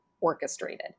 orchestrated